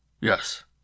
Yes